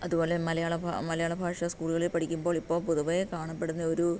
അതുപോലെ മലയാള ഭാ മലയാള ഭാഷ സ്കൂളുകളില് പഠിക്കുമ്പോൾ ഇപ്പം പൊതുവേ കാണപ്പെടുന്ന ഒരു